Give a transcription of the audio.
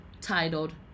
titled